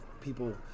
people